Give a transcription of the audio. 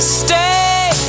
stay